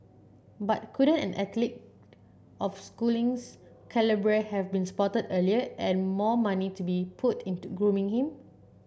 but couldn't an athlete of Schooling's calibre have been spotted earlier and more money to be put into grooming him